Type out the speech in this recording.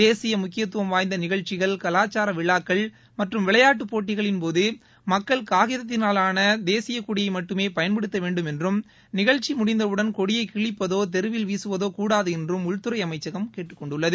தேசிய முக்கியத்துவம் வாய்ந்த நிகழ்ச்சிகள் கலாச்சார விழாக்கள் மற்றும் விளையாட்டுப்போட்டிகளின்போது மக்கள் காகிதத்தினாலான தேசியக்கொடியை மட்டுமே பயன்படுத்தவேண்டும் என்றும் நிகழ்ச்சி முடிந்தவுடன் கொடியை கிழிப்பதோ தெருவில் வீசுவதோ கூடாது என்றும் உள்துறை அமைச்சகம் கேட்டுக்கொண்டுள்ளது